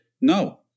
no